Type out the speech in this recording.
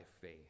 faith